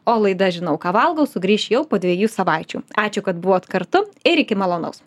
o laida žinau ką valgau sugrįš jau po dviejų savaičių ačiū kad buvot kartu ir iki malonaus